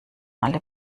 alle